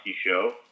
Show